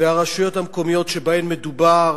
הרשויות המקומיות שבהן מדובר,